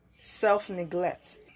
self-neglect